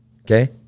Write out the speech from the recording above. Okay